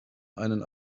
einen